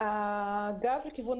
קודם כל,